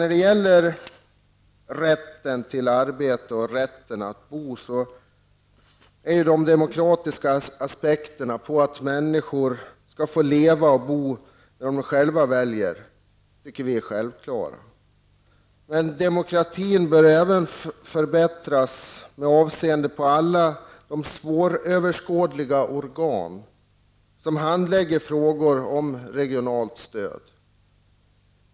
När det gäller rätten till arbete och rätten att bo är den demokratiska principen, att människor skall få leva och bo där de själva vill, en självklarhet. Men demokratin bör även förbättras med avseende på alla de svåröverskådliga organ som har att handlägga frågor om regionalt stöd.